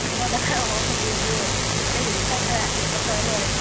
ꯑꯩꯉꯣꯟꯗ ꯈꯔ ꯍꯣꯡꯅ ꯄꯤꯔꯁꯨ ꯑꯇꯩꯗꯗꯤ ꯈꯔ ꯈꯔ ꯀꯩꯅꯣ ꯇꯧꯔꯒ ꯂꯣꯏꯔꯦ